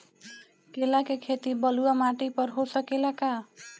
केला के खेती बलुआ माटी पर हो सकेला का?